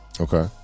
Okay